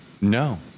No